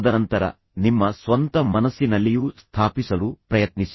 ತದನಂತರ ಆ ಜನರಲ್ಲಿ ಮಾತ್ರವಲ್ಲದೆ ನಿಮ್ಮ ಸ್ವಂತ ಮನಸ್ಸಿನಲ್ಲಿಯೂ ಸ್ಥಾಪಿಸಲು ಪ್ರಯತ್ನಿಸಿ